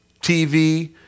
TV